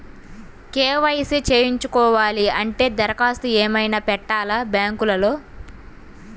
KYC చేయించుకోవాలి అంటే దరఖాస్తు ఏమయినా పెట్టాలా బ్యాంకులో?